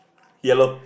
yellow